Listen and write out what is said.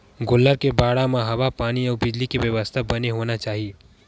गोल्लर के बाड़ा म हवा पानी अउ बिजली के बेवस्था बने होना चाही